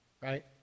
right